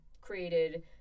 created